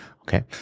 okay